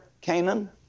Canaan